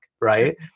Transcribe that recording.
Right